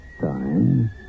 time